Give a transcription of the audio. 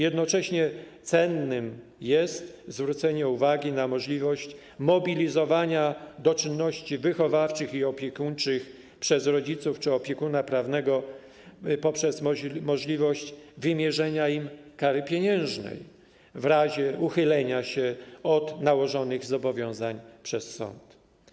Jednocześnie cenne jest zwrócenie uwagi na możliwość mobilizowania do czynności wychowawczych i opiekuńczych rodziców czy opiekuna prawnego poprzez możliwość wymierzenia im kary pieniężnej w razie uchylenia się od nałożonych zobowiązań przez sąd.